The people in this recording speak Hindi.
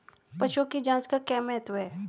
पशुओं की जांच का क्या महत्व है?